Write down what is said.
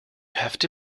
hefty